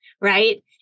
right